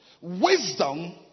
Wisdom